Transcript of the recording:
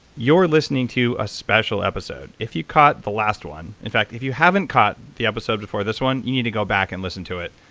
you're listening to a special episode. if you caught the last one, in fact, if you're haven't caught the episode before this one, you need to go back and listen to it,